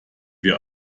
wir